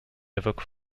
évoquent